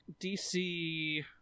DC